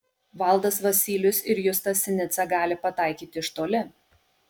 valdas vasylius ir justas sinica gali pataikyti iš toli